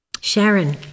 Sharon